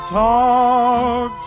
talk